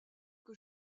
que